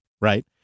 right